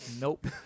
nope